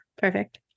perfect